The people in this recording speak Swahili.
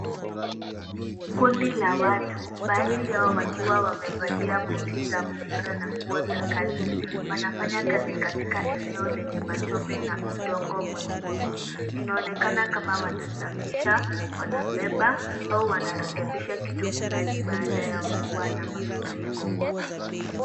Kundi la watu, baadhi yao wakiwa wamevalia boot za mpira na nguo za kazi, wanafanya kazi katika eneo lenye matope na udongo mwekundu. Inaonekana kama wanasafisha, wanabeba au wanarekebisha kitu fulani baada ya mvua na mafuriko.